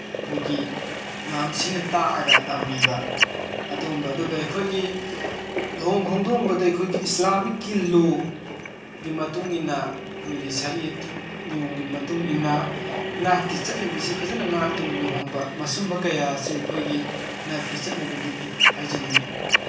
ꯑꯩꯈꯣꯏꯒꯤ ꯏꯃꯥꯝꯁꯤꯅ ꯇꯥꯛꯑꯒ ꯇꯝꯕꯤꯕ ꯑꯗꯨꯝꯕ ꯑꯗꯨꯒ ꯑꯩꯈꯣꯏꯒꯤ ꯂꯨꯍꯣꯡ ꯈꯣꯡꯗꯣꯡꯕꯗ ꯑꯩꯈꯣꯏꯒꯤ ꯏꯁꯂꯥꯃꯤꯛꯀꯤ ꯂꯣꯒꯤ ꯃꯇꯨꯡꯏꯟꯅ ꯑꯩꯈꯣꯏꯒꯤ ꯁꯔꯤꯌꯠꯀꯤ ꯅꯤꯌꯣꯝꯒꯤ ꯃꯇꯨꯡꯏꯟꯅ ꯅꯥꯠꯀꯤ ꯆꯠꯅꯕꯤꯁꯦ ꯐꯖꯅ ꯉꯥꯛꯇꯨꯅ ꯂꯨꯍꯣꯡꯕ ꯃꯁꯨꯝꯕ ꯀꯌꯥ ꯑꯁꯤ ꯑꯩꯈꯣꯏꯒꯤ ꯅꯥꯠꯀꯤ ꯆꯠꯅꯕꯤꯗꯨꯅꯤ ꯍꯥꯏꯖꯅꯤꯡꯉꯤ